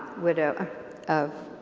widdow of